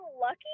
lucky